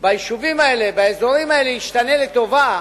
ביישובים האלה, באזורים האלה, ישתנה לטובה,